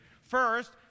First